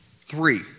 Three